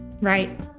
Right